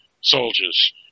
soldiers